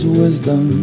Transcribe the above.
wisdom